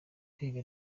kwiga